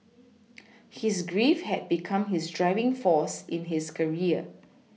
his grief had become his driving force in his career